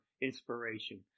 inspiration